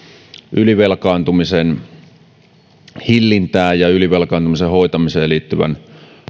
ylivelkaantumisen hillintään ja ylivelkaantumisen hoitamiseen liittyvän